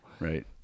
Right